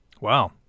Wow